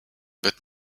but